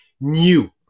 new